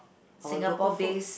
our local food